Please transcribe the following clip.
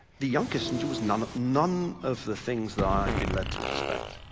the young kissinger was none none of the things that i had been led to expect.